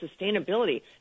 sustainability